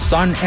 Sun